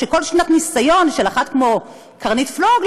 שכל שנת ניסיון של אחת כמו קרנית פלוג,